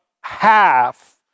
half